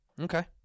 Okay